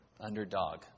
underdog